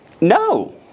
No